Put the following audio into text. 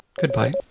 Goodbye